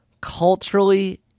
culturally